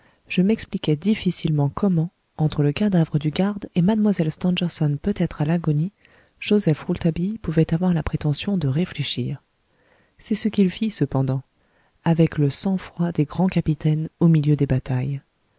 je m'expliquais difficilement comment entre le cadavre du garde et mlle stangerson peut-être à l'agonie joseph rouletabille pouvait avoir la prétention de réfléchir c'est ce qu'il fit cependant avec le sang-froid des grands capitaines au milieu des batailles